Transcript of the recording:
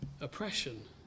oppression